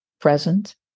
present